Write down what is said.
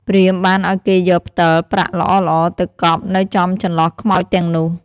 ព្រាហ្មណ៍បានឲ្យគេយកផ្ដិលប្រាក់ល្អៗ ទៅកប់នៅចំចន្លោះខ្មោចទាំងនោះ។